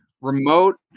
remote